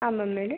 ಹಾಂ ಮ್ಯಾಮ್ ಹೇಳಿ